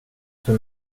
för